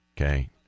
okay